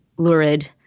Lurid